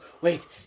Wait